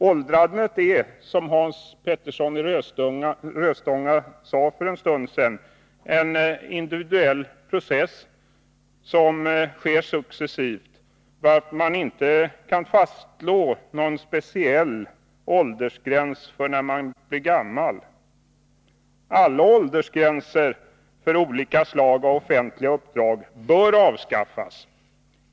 Åldrandet är, som Hans Petersson i Röstånga sade för en stund sedan, en individuell process som sker successivt, varför man inte kan fastslå någon speciell åldersgräns för när man blir gammal. Alla åldersgränser för olika slag av offentliga uppdrag bör avskaffas.